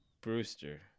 Brewster